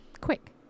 quick